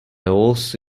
also